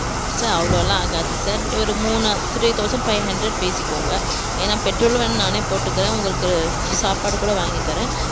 sir அவ்வளோலா ஆகாது sir ஒரு மூணு த்ரீ தௌசண்ட் ஃபைவ் ஹண்ரட் பேசிக்கோங்க ஏனால் பெட்ரோல் வந் நானே போட்டுக்குறேன் உங்களுக்கு சாப்பாடுகூட வாங்கித்தரேன்